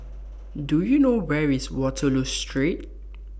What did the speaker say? Do YOU know Where IS Waterloo Street